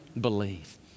believe